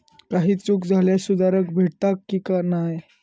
काही चूक झाल्यास सुधारक भेटता की नाय?